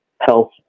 health